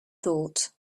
thought